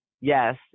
yes